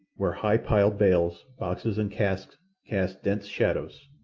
where high-piled bales, boxes, and casks cast dense shadows.